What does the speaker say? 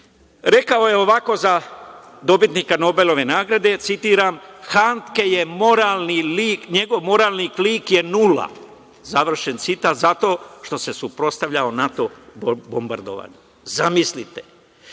rekao je ovako za dobitnika Nobelove nagrade, citiram – Handke je moralni lik, njegov moralni klik je nula, završen citat. Zato što se suprotstavljao NATO bombardovanju. Zamislite.